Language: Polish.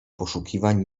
poszukiwań